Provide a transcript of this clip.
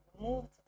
removed